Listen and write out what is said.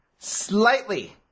Slightly